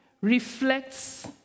reflects